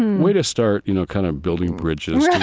and way to start, you know, kind of building bridges,